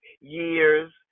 years